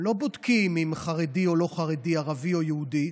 לא בודקים אם הוא חרדי או לא חרדי, ערבי או יהודי.